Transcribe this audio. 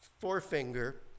forefinger